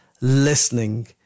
listening